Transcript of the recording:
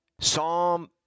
Psalm